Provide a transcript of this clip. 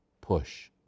push